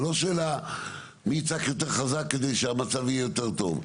זה לא שאלה מי יצעק יותר חזק כדי שהמצב יהיה יותר טוב,